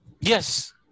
Yes